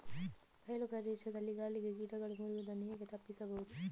ಬಯಲು ಪ್ರದೇಶದಲ್ಲಿ ಗಾಳಿಗೆ ಗಿಡಗಳು ಮುರಿಯುದನ್ನು ಹೇಗೆ ತಪ್ಪಿಸಬಹುದು?